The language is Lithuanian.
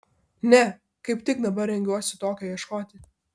ne kaip tik dabar rengiuosi tokio ieškoti